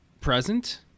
present